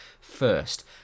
first